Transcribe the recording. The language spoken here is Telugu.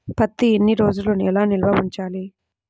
పత్తి ఎన్ని రోజులు ఎలా నిల్వ ఉంచాలి?